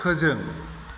फोजों